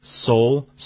soul